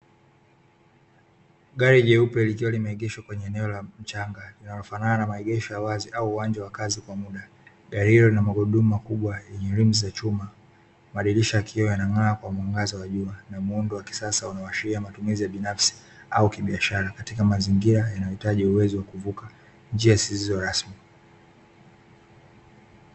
Gari jeupe likiwa limeegeshwa kwenye eneo la mchanga linalofanana na maeneo ya wazi au uwanja wa kazi kwa mda, gari hilo lina magurudumu makubwa yenye rimu za chuma, madirisha yakioo yanang'aa kwa mwangaza wa jua na muundo wa kisasa unaoashiria matumizi ya binafsi au kibiashara katika mazingira binafsi au mazinira yanayohitaji uwezo wa kuvuka njia zisizo rasmi.